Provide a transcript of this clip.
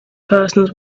persons